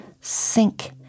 sink